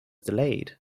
delayed